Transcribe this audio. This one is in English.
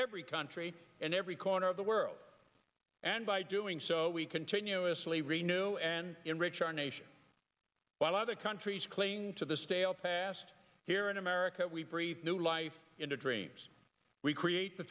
every country in every corner of the world and by doing so we continuously renu and enrich our nation while other countries cling to the stale asked here in america we breathe new life into dreams we create the